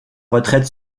retraite